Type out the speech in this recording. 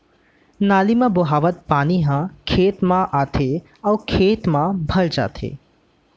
नाली म बोहावत पानी ह खेत म आथे अउ खेत म भर जाथे